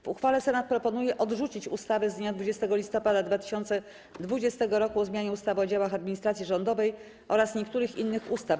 W uchwale Senat proponuje odrzucić ustawę z dnia 20 listopada 2020 r. o zmianie ustawy o działach administracji rządowej oraz niektórych innych ustaw.